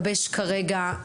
מבקש לשאול.